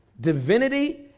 divinity